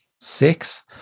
six